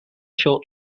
short